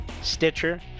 Stitcher